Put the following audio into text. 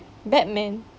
batman